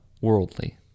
worldly